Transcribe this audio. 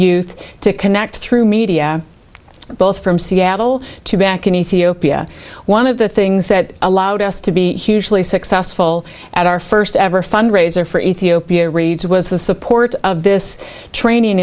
youth to connect through media both from seattle to back in ethiopia one of the things that allowed us to be hugely successful at our first ever fundraiser for ethiopia reads was the support of this training